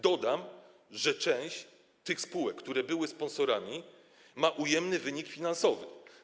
Dodam, że część tych spółek, które były sponsorami, ma ujemny wynik finansowy.